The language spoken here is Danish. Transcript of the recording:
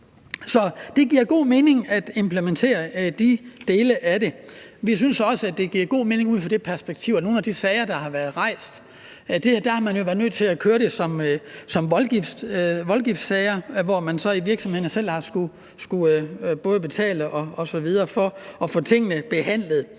det giver god mening at implementere de dele af det. Vi synes også, det giver god mening ud fra det perspektiv, at man i nogle af de sager, der har været rejst, har været nødt til at køre dem som voldgiftssager, hvor virksomheden selv har skullet betale osv. for at få tingene behandlet.